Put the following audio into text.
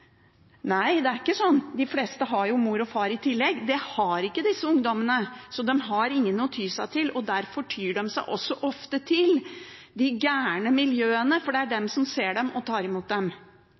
Nei, de fleste har jo mor og far i tillegg. Det har ikke disse ungdommene. De har ingen å ty til, og derfor tyr de ofte til de gale miljøene, for det er de som ser dem og tar imot dem.